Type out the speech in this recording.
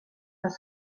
fel